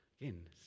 Again